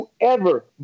whoever